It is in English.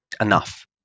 enough